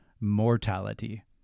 mortality